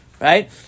right